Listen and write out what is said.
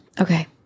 Okay